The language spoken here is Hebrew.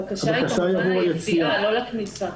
הבקשה היא עבור היציאה, לא לכניסה.